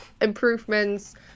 improvements